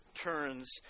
turns